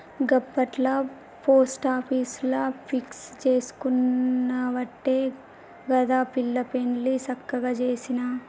గప్పట్ల పోస్టాపీసుల ఫిక్స్ జేసుకునవట్టే గదా పిల్ల పెండ్లి సక్కగ జేసిన